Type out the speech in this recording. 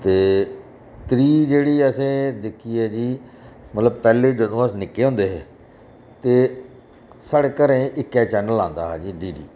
ते त्री जेह्ड़ी असें दिक्खी ऐ जी मतलब पैह्ले दिक्खो अस निक्के होंदे हे ते साढ़े घरै इक्कै चैनल आंदा हा जी डीडी